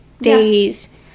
days